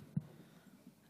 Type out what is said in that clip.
כן.